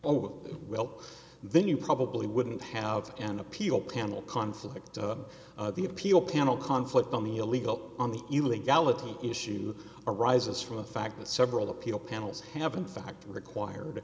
oh well then you probably wouldn't have an appeal panel conflict the appeal panel conflict on the illegal on the illegality issue arises from the fact that several appeal panels have in fact required